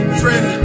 friend